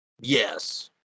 Yes